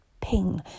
ping